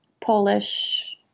Polish